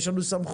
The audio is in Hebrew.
יש לנו סמכויות.